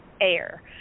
air